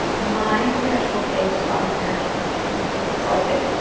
my professional page is bobbi parish coaching and consulting.